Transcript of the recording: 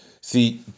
see